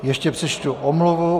Ještě přečtu omluvu.